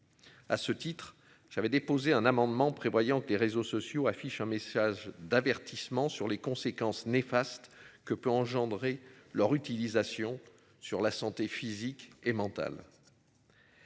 À ce titre j'avais déposé un amendement prévoyant que les réseaux sociaux affiche un message d'avertissement sur les conséquences néfastes que peut engendrer leur utilisation sur la santé physique et mentale.